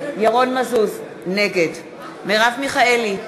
נגד מרב מיכאלי,